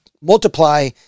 multiply